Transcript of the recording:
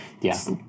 Yes